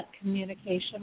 communication